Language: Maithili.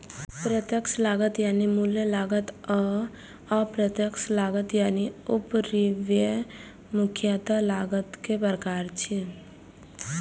प्रत्यक्ष लागत यानी मूल लागत आ अप्रत्यक्ष लागत यानी उपरिव्यय मुख्यतः लागतक प्रकार छियै